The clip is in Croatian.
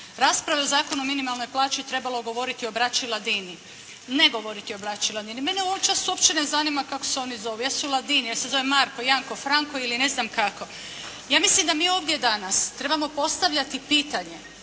rasprave o Zakonu o minimalnoj plaći trebalo govoriti o braći Ladini. Ne govoriti o braći Ladini, mene u ovaj čas mene uopće ne zanima kako se oni zovu, jesu li Ladini, jel se zove Marko, Janko, Franko ili ne znam kako. Ja mislim da mi ovdje danas trebamo postavljati pitanje